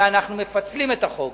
שאנחנו מפצלים את החוק.